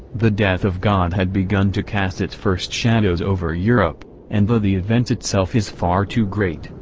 the, death of god' had begun, to cast its first shadows over europe' and though, the event itself is far too great,